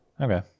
Okay